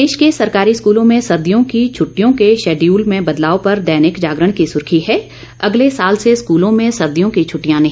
प्रदेश के सरकारी स्कूलों में सर्दियों की छटिटयों के शेडयूल में बदलाव पर दैनिक जागरण की सुर्खी है अगले साल से स्कूलों में सर्दियों की छुट्टियां नहीं